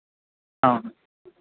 అవును